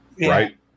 Right